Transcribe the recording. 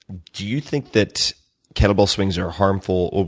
do you think that kettle ball swings are harmful?